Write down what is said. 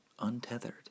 untethered